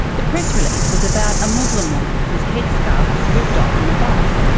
the press release was about a muslim woman whose headscarf was ripped off on a bus.